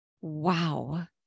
wow